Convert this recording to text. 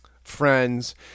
Friends